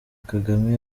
kagame